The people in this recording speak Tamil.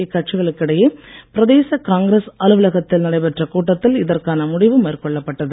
இக்கட்சிகளுக்கு இடையே பிரதேச காங்கிரஸ் அலுவலகத்தில் நடைபெற்ற கூட்டத்தில் இதற்கான முடிவு மேற்கொள்ளப்பட்டது